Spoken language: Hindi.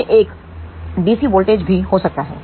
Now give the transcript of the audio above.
यह एक डीसी वोल्टेज भी हो सकता है